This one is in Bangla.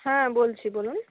হ্যাঁ বলছি বলুন